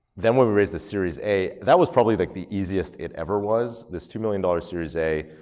then, when we raised the series a, that was probably like the easiest it ever was, this two million dollars series a,